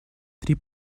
три